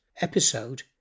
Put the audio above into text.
episode